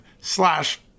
slash